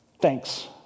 Thanks